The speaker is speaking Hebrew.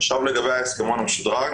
עכשיו לגבי ההסכמון המשודרג.